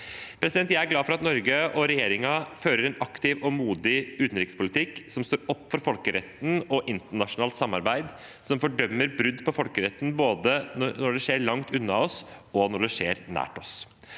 Jeg er glad for at Norge og regjeringen fører en aktiv og modig utenrikspolitikk som står opp for folkeretten og internasjonalt samarbeid, og som fordømmer brudd på folkeretten, både når det skjer langt unna oss, og når det skjer nær oss.